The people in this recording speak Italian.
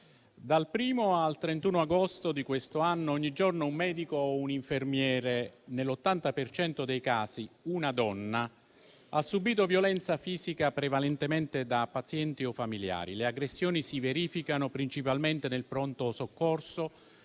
dal 1° al 31 agosto di questo anno, ogni giorno un medico o un infermiere, nell'80 per cento dei casi una donna, ha subito violenza fisica, prevalentemente da pazienti o familiari. Le aggressioni si verificano principalmente nel pronto soccorso